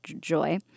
joy